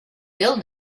bill